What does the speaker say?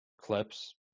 clips